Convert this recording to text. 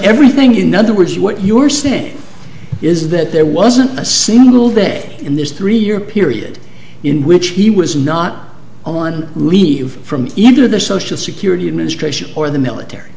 everything in other words what you're saying is that there wasn't a single day in this three year period in which he was not on leave from either the social security administration or the military